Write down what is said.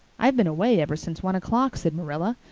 i've been away ever since one o'clock, said marilla.